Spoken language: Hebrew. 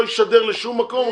לא ישדר לשום מקום,